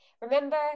Remember